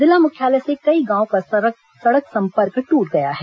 जिला मुख्यालय से कई गांवों का सड़क संपर्क ट्रट गया है